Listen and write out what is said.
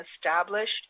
established